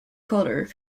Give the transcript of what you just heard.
colour